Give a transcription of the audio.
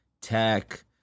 tech